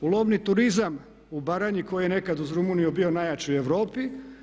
U lovni turizam u Baranji koji je nekad uz Rumunjsku bio najjači u Europi?